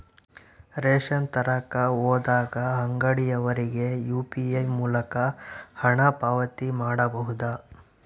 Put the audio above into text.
Ration ತರಕ ಹೋದಾಗ ಅಂಗಡಿಯವನಿಗೆ ಯು.ಪಿ.ಐ ಮೂಲಕ ಹಣ ಪಾವತಿ ಮಾಡಬಹುದಾ?